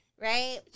right